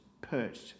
perched